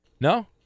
No